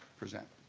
present.